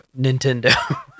Nintendo